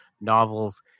novels